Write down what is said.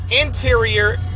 interior